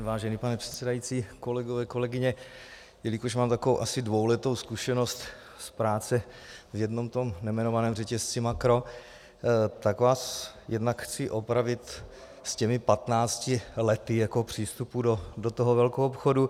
Vážený pane předsedající, kolegové, kolegyně, jelikož mám takovou asi dvouletou zkušenost z práce v jednom tom nejmenovaném řetězci Makro, tak vás jednak chci opravit s těmi patnácti lety přístupu do toho velkoobchodu.